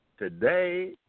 Today